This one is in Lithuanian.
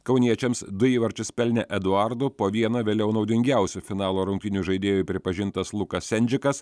kauniečiams du įvarčius pelnė eduardo po vieną vėliau naudingiausiu finalo rungtynių žaidėju pripažintas lukas sendžikas